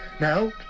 Now